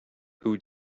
who